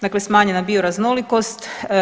Dakle, smanjena bioraznolikost.